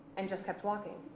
and just kept walking.